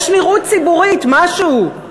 יש נראות ציבורית, משהו.